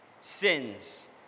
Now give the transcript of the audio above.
sins